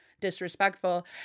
disrespectful